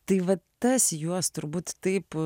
tai vat tas juos turbūt taip